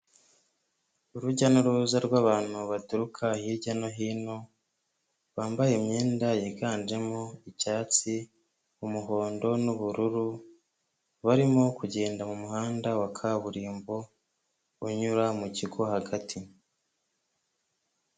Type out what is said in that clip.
Urujya n'uruza rw'abantu baturuka hirya no hino bambaye imyenda yiganjemo icyatsi, umuhondo, n'ubururu barimo kugenda mu muhanda wa kaburimbo unyura mu kigo hagati.